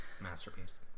Masterpiece